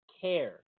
care